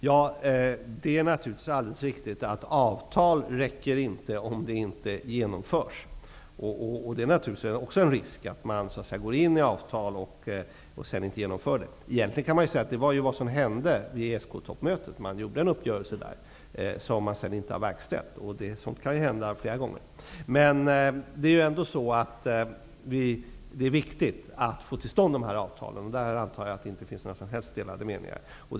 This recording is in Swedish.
Herr talman! Det är naturligtvis helt klart att det inte bara räcker med ett avtal, om avtalet inte genomförs. Det är naturligtvis också en risk att man går in i avtal och sedan inte genomför det. Detta var egentligen vad som hände vid ESK-toppmötet. Man träffade en uppgörelse där, som man sedan inte har verkställt. Sådant kan hända flera gånger. Det är emellertid viktigt att få till stånd de här avtalen. Jag antar att det inte finns några delade meningar på den punkten.